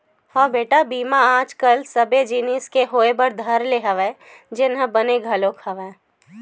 हव बेटा बीमा आज कल सबे जिनिस के होय बर धर ले हवय जेनहा बने घलोक हवय